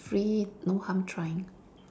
free no harm trying